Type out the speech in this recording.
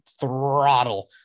throttle